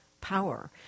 power